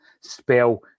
spell